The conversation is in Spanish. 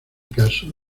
caso